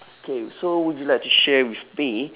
okay so would you like to share with me